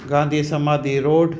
Gandhi Samadhi road